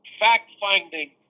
Fact-finding